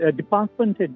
department